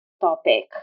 topic